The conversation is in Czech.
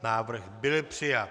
Návrh byl přijat.